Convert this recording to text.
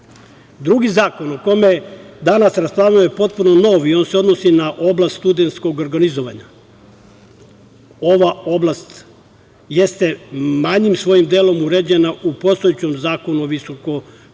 zakon o kome danas raspravljamo je potpuno nov i on se odnosi na oblast studentskog organizovanja. Ova oblast jeste manjim svojim delom uređena u postojećem Zakonu o visokoškolskom